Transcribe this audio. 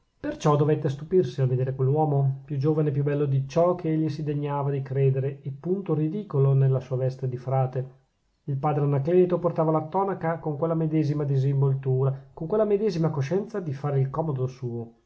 perciò dovette stupirsi al vedere quell'uomo più giovane e più bello di ciò che egli si degnava di credere e punto ridicolo nella sua veste di frate il padre anacleto portava la tonaca con quella medesima disinvoltura con quella medesima coscienza di fare il comodo suo